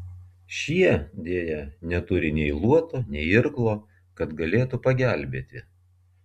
šie deja neturi nei luoto nei irklo kad galėtų pagelbėti